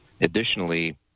Additionally